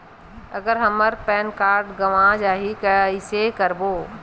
अगर हमर PAN card गवां जाही कइसे करबो?